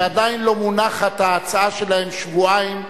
שעדיין לא מונחת ההצעה שלהן, שבועיים.